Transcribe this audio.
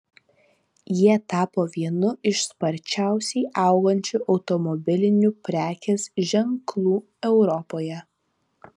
jie tapo vienu iš sparčiausiai augančių automobilinių prekės ženklų europoje